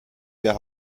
wir